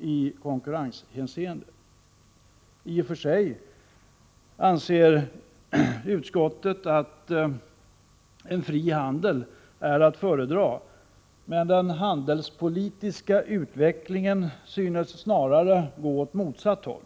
i konkurrenshänseende. I och för sig anser utskottet att en fri handel är att föredra, men den handelspolitiska utvecklingen synes snarare gå åt motsatt håll.